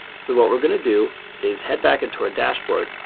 so what we're going to do is head back into our dashboard.